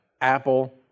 apple